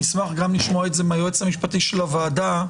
אני אשמח גם לשמוע את זה מהיועץ המשפטי של הוועדה,